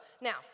now